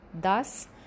Thus